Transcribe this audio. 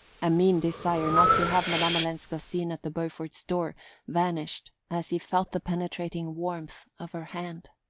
a mean desire not to have madame olenska seen at the beauforts' door vanished as he felt the penetrating warmth of her hand.